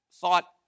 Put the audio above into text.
thought